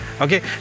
okay